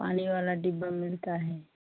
पानी वाला डिब्बा मिलता है